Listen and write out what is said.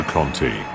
Conti